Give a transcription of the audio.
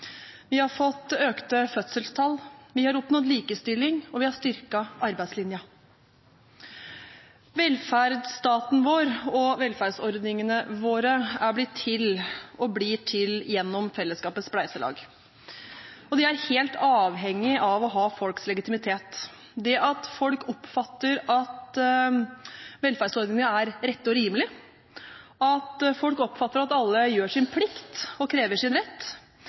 Vi har fått økte fødselstall, vi har oppnådd likestilling, og vi har styrket arbeidslinja. Velferdsstaten vår og velferdsordningene våre er blitt til, og blir til, gjennom fellesskapets spleiselag, og de er helt avhengig av å ha legitimitet i folket. Det at folk oppfatter at velferdsordningene er rett og rimelig, at folk oppfatter at alle gjør sin plikt og krever sin rett,